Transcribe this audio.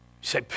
say